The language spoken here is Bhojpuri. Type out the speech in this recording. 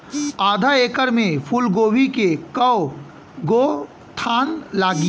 आधा एकड़ में फूलगोभी के कव गो थान लागी?